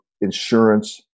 insurance